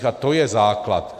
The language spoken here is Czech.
A to je základ.